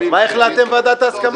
-- תעדכנו אותי מה החלטתם בוועדת ההסכמות.